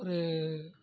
ஒரு